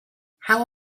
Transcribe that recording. how